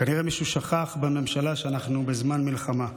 כנראה מישהו שכח בממשלה שאנחנו בזמן מלחמה.